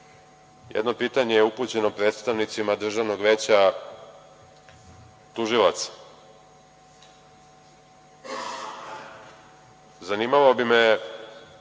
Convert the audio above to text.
pitanje je upućeno predstavnicima Državnog veća tužilaca. Zanimalo bi me